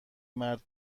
مرد